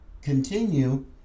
continue